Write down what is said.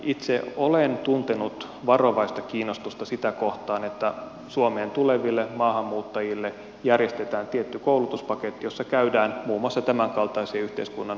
itse olen tuntenut varovaista kiinnostusta sitä kohtaan että suomeen tuleville maahanmuuttajille järjestetään tietty koulutuspaketti jossa käydään muun muassa tämänkaltaisia yhteiskunnan peruspelisääntöjä läpi